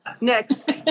Next